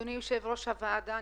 אדוני יושב-ראש הוועדה,